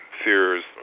fears